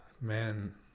man